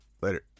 Later